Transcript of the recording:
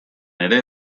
ere